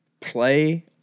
play